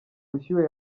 bushyuhe